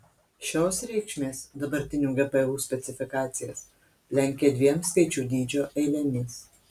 šios reikšmės dabartinių gpu specifikacijas lenkia dviem skaičių dydžio eilėmis